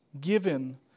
given